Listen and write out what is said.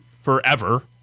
forever